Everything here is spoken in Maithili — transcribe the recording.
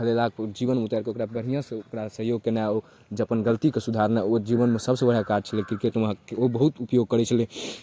खेलेलाक जीवनमे उतारिकऽ ओकरा बढ़िआँसँ ओकरा सहयोग केनाइ ओ गलतीके सुधारनाइ जीवनमे सबसँ बढ़िआँ काज छलै किरकेटमे ओ बहुत उपयोग करै छलै